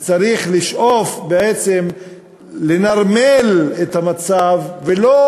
וצריך לשאוף בעצם לנרמל את המצב, ולא